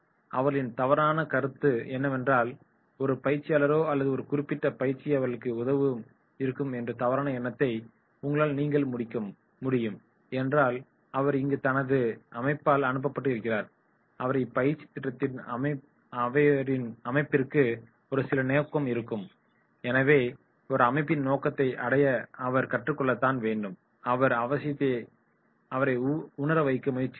அவர்களின் தவறான கருத்து என்னவென்றால் ஒரு பயிற்சியாளரோ அல்லது ஒரு குறிப்பிட்ட பயிற்சியோ அவர்களுக்கு உதவாது என்று இருக்கும் தவறான எண்ணத்தை உங்களால் நீக்க முடியும் ஏனென்றால் அவர் இங்கு தனது அமைப்பால் அனுப்பப்பட்டு இருக்கிறார் அவரை இப்பயிற்சிக்கு அனுப்ப அவரின் அமைப்பிற்கு ஒரு சில நோக்கங்கள் இருக்கும் எனவே அமைப்பின் நோக்கத்தை அடைய அவர் கற்றுக்கொள்ள தான் வேண்டும் என்ற அவசியத்தை அவரை உணர வைக்க முயற்சிக்க வேண்டும்